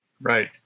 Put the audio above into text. Right